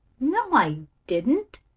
no, i didn't.